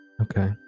Okay